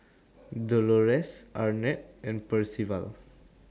Dolores Arnett and Percival